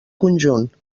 conjunt